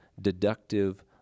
deductive